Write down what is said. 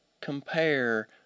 compare